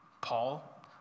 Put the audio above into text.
Paul